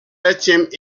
interrupt